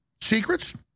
secrets